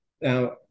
Now